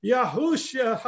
Yahushua